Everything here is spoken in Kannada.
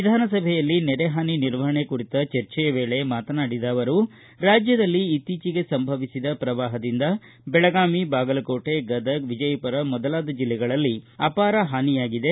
ವಿಧಾನಸಭೆಯಲ್ಲಿ ನೆರೆಹಾನಿ ನಿರ್ವಹಣೆ ಕುರಿತ ಚರ್ಜೆಯ ವೇಳೆ ಮಾತನಾಡಿದ ಅವರು ರಾಜ್ಯದಲ್ಲಿ ಇತ್ತೀಚಿಗೆ ಸಂಭವಿಸಿದ ಭೀಕರ ಪ್ರವಾಹದಿಂದ ಬೆಳಗಾವಿ ಬಾಗಲಕೋಟೆ ಗದಗ್ ವಿಜಯಪುರ ಮೊದಲಾದ ಜಿಲ್ಲೆಗಳಲ್ಲಿ ಅಪಾರ ಹಾನಿಯಾಗಿದೆ